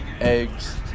eggs